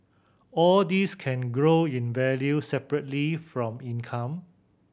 all these can grow in value separately from income